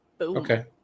Okay